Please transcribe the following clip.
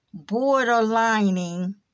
borderlining